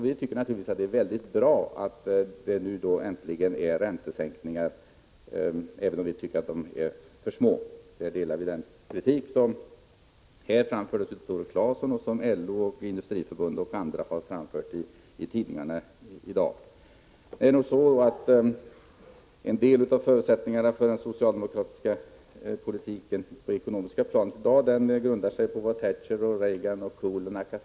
Vi tycker naturligtvis att det är mycket bra att vi äntligen har fått en räntesänkning, även om den enligt vår mening är för liten. Vi instämmer i den kritik som här framfördes av Tore Claeson och som LO, Industriförbundet och andra i dag har gett uttryck åt i tidningarna. En del av den socialdemokratiska politiken på det ekonomiska planet grundar sig i dag på vad Thatcher, Reagan, Kohl och Nakasone har hittat på. Prot.